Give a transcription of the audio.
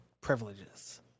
privileges